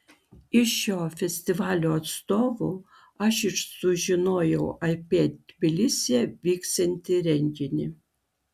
iš šio festivalio atstovų aš ir sužinojau apie tbilisyje vyksiantį renginį